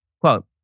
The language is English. Quote